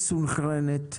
מסונכרנת,